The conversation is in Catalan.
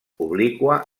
obliqua